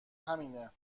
همینه